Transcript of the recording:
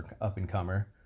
up-and-comer